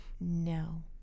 no